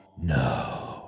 No